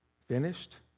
Finished